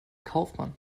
kaufmann